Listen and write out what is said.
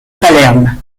palerme